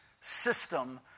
system